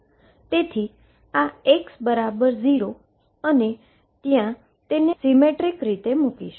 તેથી આ x 0 છે અને હું ત્યા તેને સીમેટ્રીક રીતે મૂકીશ